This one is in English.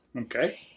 Okay